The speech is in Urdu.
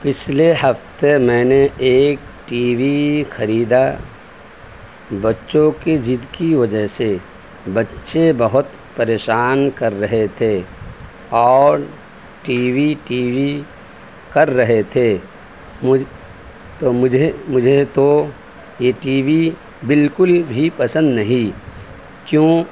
پچھلے ہفتہ میں نے ایک ٹی وی خریدا بچوں کی ضد کی وجہ سے بچے بہت پریشان کر رہے تھے اور ٹی وی ٹی وی کر رہے تھے مجھ تو مجھے مجھے تو یہ ٹی وی بالکل بھی پسند نہیں کیوں